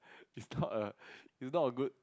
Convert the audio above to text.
is not a is not a good